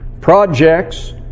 Projects